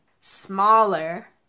smaller